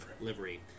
livery